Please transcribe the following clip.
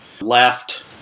left